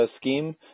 scheme